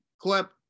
Clip